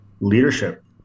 leadership